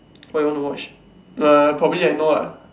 what you want to watch uh probably I know ah